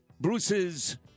Bruce's